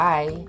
Bye